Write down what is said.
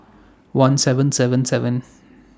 one seven seven seven